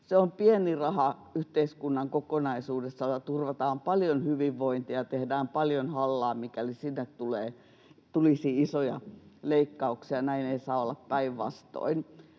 Se on pieni raha yhteiskunnan kokonaisuudesta, ja sillä turvataan paljon hyvinvointia ja tehdään paljon hallaa, mikäli sinne tulisi isoja leikkauksia. Näin ei saa olla, päinvastoin.